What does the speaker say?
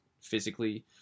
physically